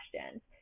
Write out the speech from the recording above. questions